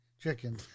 chicken